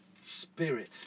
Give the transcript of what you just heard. spirit